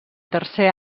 tercer